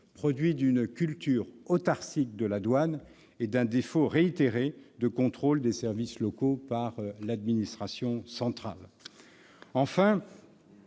produits d'une culture autarcique de la douane et d'un défaut réitéré de contrôle des services locaux par l'administration centrale. Enfin,